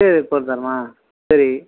சரி போட்டு தர்றேம்மா சரி